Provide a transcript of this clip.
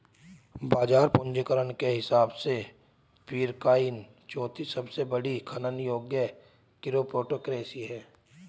बाजार पूंजीकरण के हिसाब से पीरकॉइन चौथी सबसे बड़ी खनन योग्य क्रिप्टोकरेंसी है